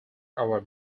our